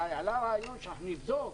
אבל עלה רעיון שאנחנו נבדוק,